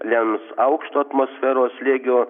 lems aukšto atmosferos slėgio